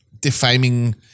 defaming